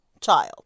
child